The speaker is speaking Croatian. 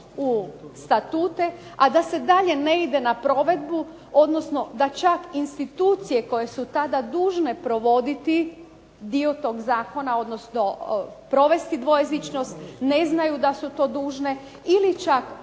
u statute, a da se dalje ne ide na provedbu, odnosno da čak i institucije koje su tada dužne provoditi dio toga zakona, odnosno provesti dvojezičnost ne znaju da su to dužne ili čak